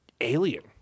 alien